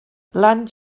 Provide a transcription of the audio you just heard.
land